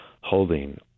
holding